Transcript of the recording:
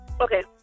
okay